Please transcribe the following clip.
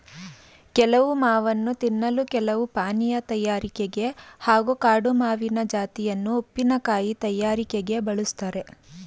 ಕೆಲವು ಮಾವನ್ನು ತಿನ್ನಲು ಕೆಲವು ಪಾನೀಯ ತಯಾರಿಕೆಗೆ ಹಾಗೂ ಕಾಡು ಮಾವಿನ ಜಾತಿಯನ್ನು ಉಪ್ಪಿನಕಾಯಿ ತಯಾರಿಕೆಗೆ ಬಳುಸ್ತಾರೆ